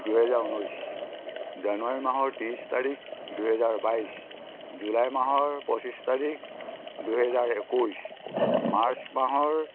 দুহেজাৰ ঊনৈছ জানুৱাৰী মাহৰ তেইছ তাৰিখ দুহেজাৰ বাইছ জুলাই মাহৰ পঁচিছ তাৰিখ দুহেজাৰ একৈছ মাৰ্চ মাহৰ